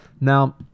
Now